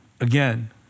Again